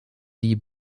die